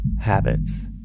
Habits